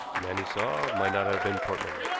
man he saw might not have been portman.